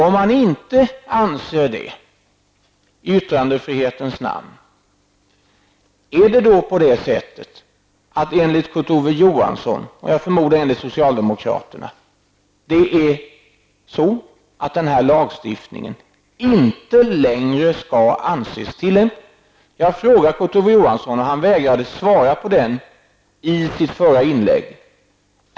Om han inte anser det i yttrandefrihetens namn, är det då så enligt Kurt Ove Johansson, och jag förmodar enligt socialdemokraterna, att den här lagstiftningen inte längre skall anses tillämplig? Jag har frågat Kurt Ove Johansson detta, men han vägrade svara på denna fråga i sitt förra inlägg.